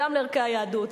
גם לערכי היהדות,